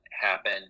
happen